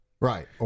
right